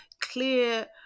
clear